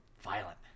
violent